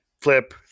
flip